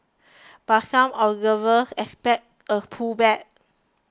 but some observers expect a pullback